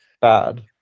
Bad